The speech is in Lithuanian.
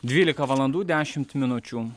dvylika valandų dešimt minučių